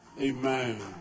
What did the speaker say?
Amen